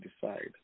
decide